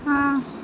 ہاں